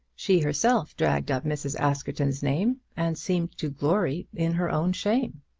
she herself dragged up mrs. askerton's name, and seemed to glory in her own shame.